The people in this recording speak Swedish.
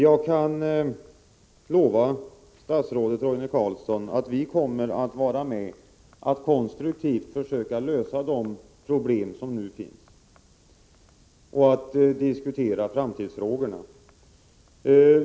Jag lovar statsrådet Roine Carlsson att vi kommer att vara med om att konstruktivt försöka lösa de problem som nu finns och diskutera framtidsfrågorna.